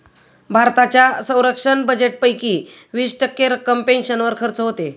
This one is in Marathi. भारताच्या संरक्षण बजेटपैकी वीस टक्के रक्कम पेन्शनवर खर्च होते